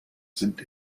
sind